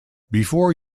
before